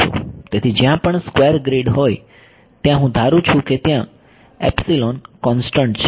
તેથી જ્યાં પણ સ્ક્વેર ગ્રીડ હોય ત્યાં હું ધારું છું કે ત્યાં કોંસ્ટંટ છે